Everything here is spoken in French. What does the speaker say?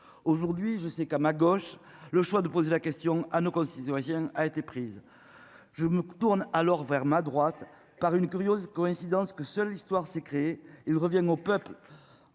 Aujourd'hui, je sais qu'à ma gauche, le choix de poser la question à nos concitoyennes a été prise. Je me tourne alors vers ma droite par une curieuse coïncidence que seule l'histoire s'est créée il reviennent au peuple.